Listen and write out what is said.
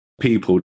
people